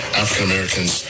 african-americans